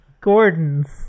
Gordons